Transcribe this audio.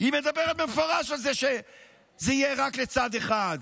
היא מדברת במפורש על זה שזה יהיה רק לצד אחד.